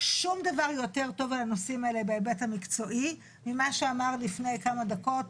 שום דבר יותר טוב על הנושאים האלה בהיבט המקצועי ממה שאמר לפני כמה דקות